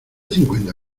cincuenta